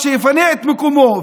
אז שיפנה את מקומו,